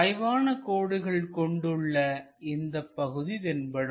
சாய்வான கோடுகள் கொண்டு உள்ள இந்தப்பகுதி தென்படும்